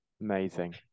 amazing